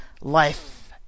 life